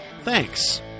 Thanks